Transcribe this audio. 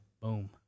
Boom